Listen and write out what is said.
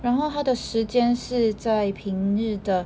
然后他的时间是在平日的